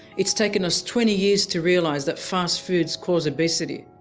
it's taken us twenty years to realise that fast foods cause obesity.